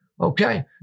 Okay